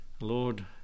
Lord